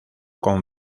con